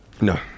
No